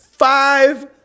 Five